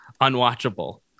unwatchable